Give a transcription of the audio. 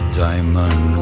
diamond